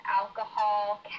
alcohol